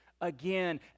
again